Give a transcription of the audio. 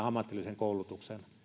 ammatillisen koulutuksen